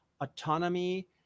autonomy